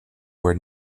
were